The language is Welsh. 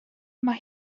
mae